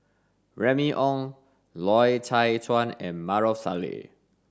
Remy Ong Loy Chye Chuan and Maarof Salleh